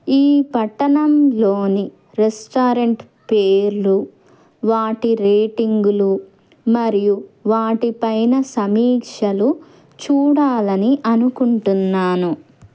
ఈ పట్టణంలోని రెస్టారెంట్ పేర్లు వాటి రేటింగులు మరియు వాటిపైన సమీక్షలు చూడాలని అనుకుంటున్నాను